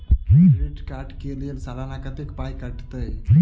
Credit card कऽ लेल सलाना कत्तेक पाई कटतै?